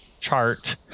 chart